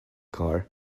car